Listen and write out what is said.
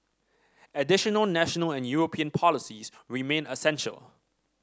additional national and European policies remain essential